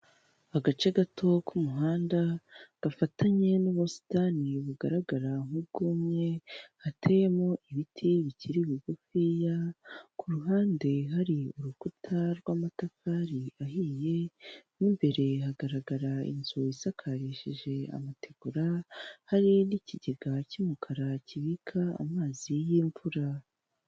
Agace gato ku muhanda gafatanye n'ubusitani bugaragara nk'ubwumye, hateyemo ibiti bikiri bugufiya ku ruhande hari urukuta rw'amatafari ahiye, mo imbere hagaragara inzu isakarishije amategura, hari n'ikigega cy'umukara kibika amazi y'imvura.